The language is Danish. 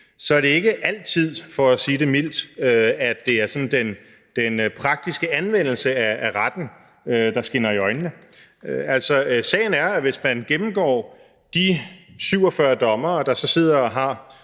er det ikke altid, for at sige det mildt, at det er sådan den praktiske anvendelse af retten, der springer i øjnene. Sagen er, at hvis man gennemgår de 47 dommere, der så sidder og har